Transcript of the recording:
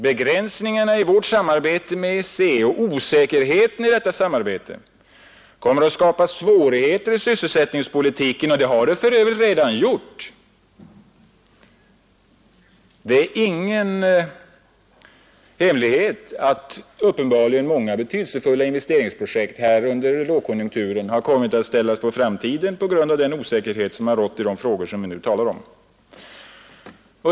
Begränsningarna i vårt samarbete med EEC och osäkerheten i detta samarbete kommer att skapa svårigheter i sysselsättningspolitiken, och har för övrigt redan gjort det. Det är ingen hemlighet att uppenbarligen många betydelsefulla investeringsprojekt under lågkonjunkturen har kommit att ställas på framtiden på grund av den osäkerhet som rått i de frågor vi nu talar om.